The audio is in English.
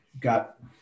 got